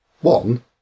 One